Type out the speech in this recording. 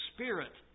Spirit